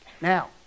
Now